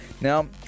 Now